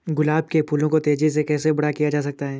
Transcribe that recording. गुलाब के फूलों को तेजी से कैसे बड़ा किया जा सकता है?